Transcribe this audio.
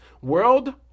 World